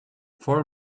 four